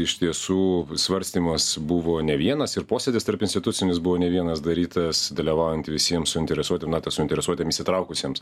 iš tiesų svarstymas buvo ne vienas ir posėdis tarpinstitucinis buvo ne vienas darytas dalyvaujant visiem suinteresuotiem na suinteresuotiem įsitraukusiems